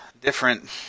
different